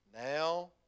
Now